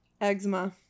Eczema